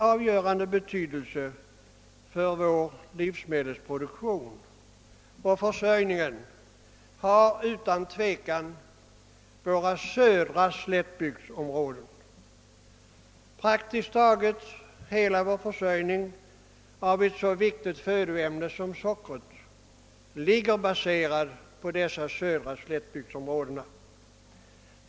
Avgörande betydelse för vår livsmedelsproduktion och livsmedelsförsörjning har utan tvivel våra södra slättbygdsområden. Praktiskt taget hela vår försörjning av ett så viktigt födoämne som socker är baserat på dessa södra slättbygdsområden.